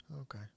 Okay